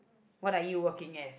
what are you working as